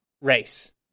race